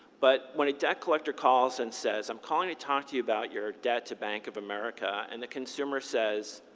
but when a debt collector calls and says, i'm calling to talk to you about your debt to bank of america, and the consumer says,